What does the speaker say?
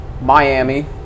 Miami